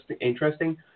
interesting